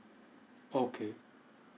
okay